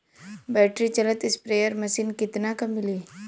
Battery चलत sprayer machine कितना क मिली?